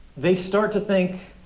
they start to think